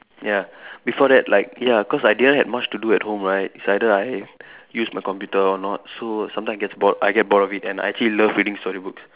ya before that like ya cause I didn't had much to do at home right it's either I use my computer or not so sometimes it gets bored I get bored of it and I actually love reading story books